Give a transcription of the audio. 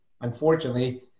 unfortunately